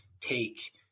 take